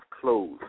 clothes